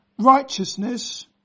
Righteousness